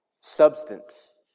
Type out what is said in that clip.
substance